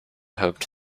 hoped